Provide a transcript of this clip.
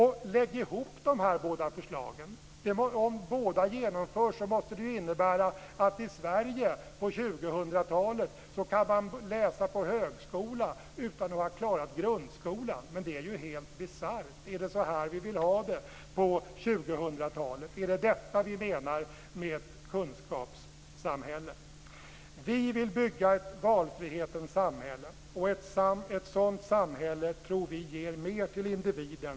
Lägg ihop de här båda förslagen. Om båda genomförs måste det innebära att i Sverige på 2000-talet kan man läsa på högskola utan att ha klarat grundskolan. Det är ju helt bisarrt! Är det så vi vill ha det på 2000-talet? Är det detta vi menar med ett kunskapssamhälle. Vi i Folkpartiet vill bygga ett valfrihetens samhälle. Ett sådant samhälle tror vi ger mer till individen.